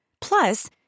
Plus